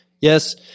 yes